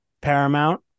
paramount